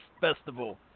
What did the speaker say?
Festival